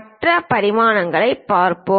மற்ற பரிமாணங்களைப் பார்ப்போம்